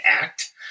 act